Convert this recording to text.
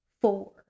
four